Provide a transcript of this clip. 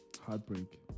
Heartbreak